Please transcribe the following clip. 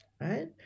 right